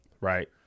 Right